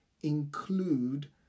include